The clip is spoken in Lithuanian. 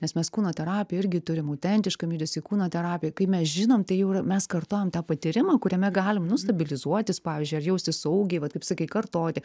nes mes kūno terapijoj irgi turim autentiškam judesy kūno terapijoj kai mes žinom tai jau yra mes kartojam tą patyrimą kuriame galim nu stabilizuotis pavyzdžiui ar jaustis saugiai va kaip sakai kartoti